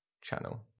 channel